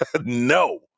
No